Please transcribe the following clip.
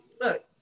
look